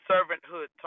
servanthood